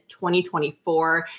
2024